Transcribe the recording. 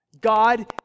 God